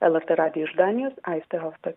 lrt radijui iš danijos aistė roftak